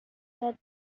said